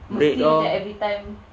break lor